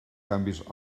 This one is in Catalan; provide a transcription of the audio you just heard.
canvis